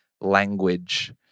language